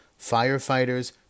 firefighters